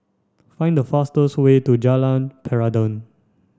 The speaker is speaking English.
find the fastest way to Jalan Peradun